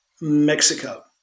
Mexico